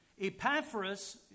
Epaphras